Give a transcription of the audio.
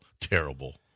Terrible